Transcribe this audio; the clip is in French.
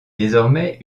désormais